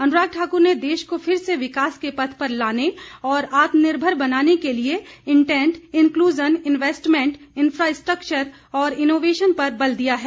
अनुराग ठाकुर ने देश को फिर से विकास के पथ पर लाने और आत्मनिर्भर बनाने के लिए इंटेंट इनक्लूजन इन्वेस्टमेंट इनफ्रास्ट्रक्चर और इनोवेशन पर बल दिया है